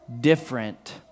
different